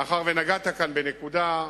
מאחר שנגעת כאן בנקודה,